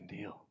deal